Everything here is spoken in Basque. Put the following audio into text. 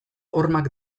hormak